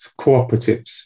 cooperatives